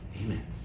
Amen